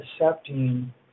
accepting